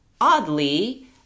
oddly